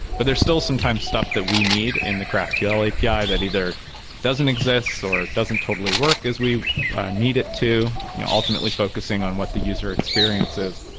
but there are still sometimes stuff that we need in the graphql api that either doesn't exist or doesn't totally work as we need it to. you know ultimately focusing on what the user experience is.